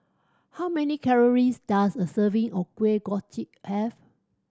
how many calories does a serving of Kuih Kochi have